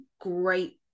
great